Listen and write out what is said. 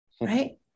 right